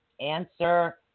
answer